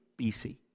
BC